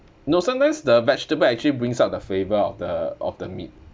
no sometimes the vegetable actually brings out the flavour of the of the meat